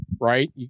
right